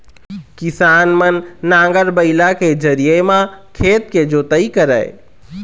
किसान मन नांगर, बइला के जरिए म खेत के जोतई करय